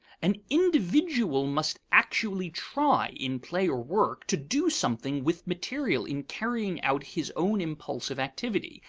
an individual must actually try, in play or work, to do something with material in carrying out his own impulsive activity,